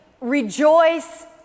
rejoice